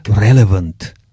relevant